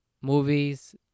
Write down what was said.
movies